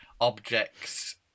objects